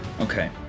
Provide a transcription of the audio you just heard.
Okay